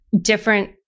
different